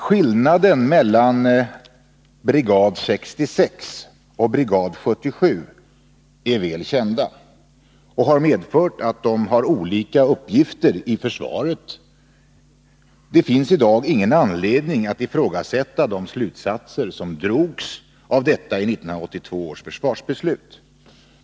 Skillnaden mellan brigad 66 och brigad 77 är väl känd och har medfört att dessa brigader har olika uppgifter i försvaret. Det finns i dag ingen anledning att ifrågasätta de slutsatser som drogs av detta i 1982 års försvarsbeslut.